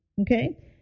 Okay